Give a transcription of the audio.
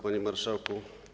Panie Marszałku!